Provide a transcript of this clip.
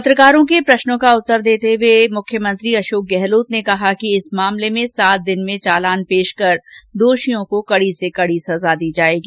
पत्रकारों के प्रश्नों का उत्तर देते हुए मुख्यमंत्री अशोक गहलोत ने कहा कि इस मामले में सात दिन में चालान पेश कर दोषियों को कड़ी से कड़ी सजा दी जायेगी